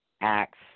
Acts